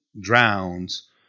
Drowns